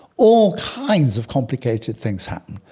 all kinds of complicated things happen,